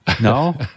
No